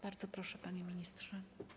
Bardzo proszę, panie ministrze.